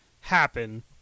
happen